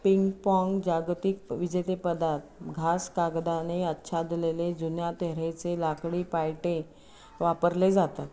pink pong जागतिक विजेते पदार्थ घास कागदाने अच्छादलेले जुन्या तऱ्हेचे लाकडी पायटे वापरले जातात